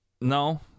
No